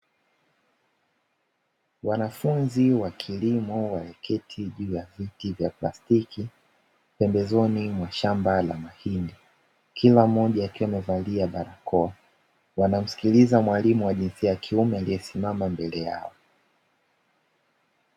Wanafunzi wa kilimo wameketi juu ya viti vya plastiki; pembezoni mwa shamba la mahindi, kila mmoja akiwa amevalia barakoa, wanamsikiliza mwalimu wa jinsia ya kiume aliyesimama mbele yao.